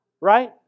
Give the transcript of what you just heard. right